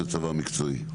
של צבא מקצועי .